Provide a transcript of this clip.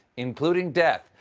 including death.